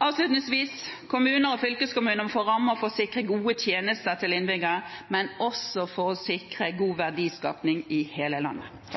Avslutningsvis: Kommuner og fylkeskommuner må få rammer for å sikre gode tjenester til innbyggerne, men også for å sikre god